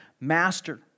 master